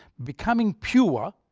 becoming pure,